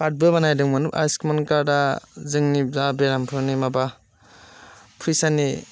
कार्डबो बानायदोंमोन आयुसमान कार्डआ जोंनि जा बेरामफोरनि माबा फैसानि